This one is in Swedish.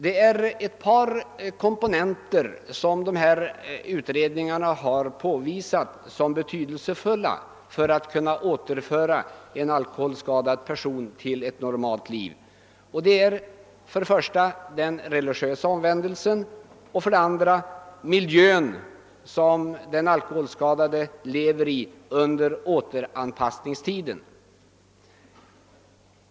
Det är ett par komponenter som dessa utredningar har påvisat som betydelsefulla när det gäller att kunna återföra en alkoholskadad person till ett normalt liv. Det är för det första den religiösa omvändelsen och för det andra den miljö som den alkoholskadade lever i under återanpassningstiden.